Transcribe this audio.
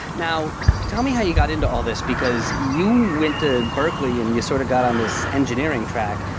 now, tell me how you got into all this because you went to berkeley and you sort of got on this engineering track.